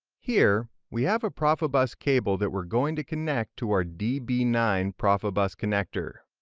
here we have a profibus cable that we are going to connect to our d b nine profibus connector.